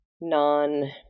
non